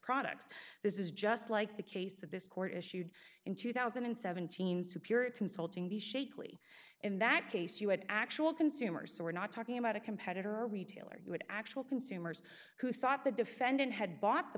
products this is just like the case that this court issued in two thousand and seventeen superior consulting the shakily in that case you had actual consumers so we're not talking about a competitor or retailer who had actual consumers who thought the defendant had bought the